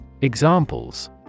Examples